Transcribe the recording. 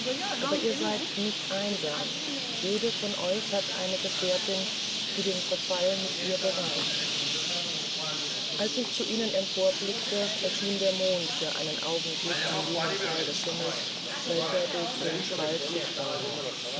aber ihr seid nicht einsam jede von euch hat eine gefährtin die den verfall mit ihr beweint als ich zu ihnen emporblickte erschien der mond für einen augenblick an jenem teil des himmels welcher durch ihren spalt sichtbar war